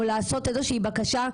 או לעשות איזושהי בקשה,